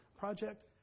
project